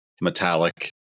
metallic